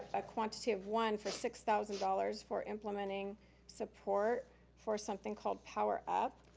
a quantity of one for six thousand dollars for implementing support for something called power up.